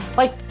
like,